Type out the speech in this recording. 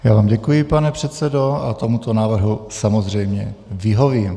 Já vám děkuji, pane předsedo, a tomuto návrhu samozřejmě vyhovím.